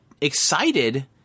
excited